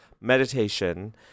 meditation